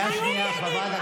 כתבת אותו?